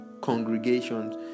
congregations